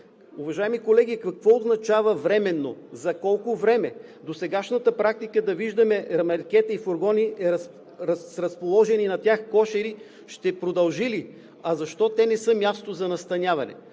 Уважаеми колеги, какво означава „временно“? За колко време? Досегашната практика да виждаме ремаркета и фургони с разположени на тях кошери ще продължи ли? А защо те не са място за настаняване?